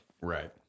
Right